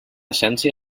essència